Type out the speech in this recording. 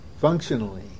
functionally